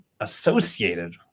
associated